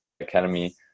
Academy